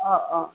অঁ অঁ